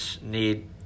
need